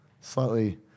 slightly